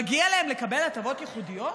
מגיע להם לקבל הטבות ייחודיות?